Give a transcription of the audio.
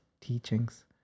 teachings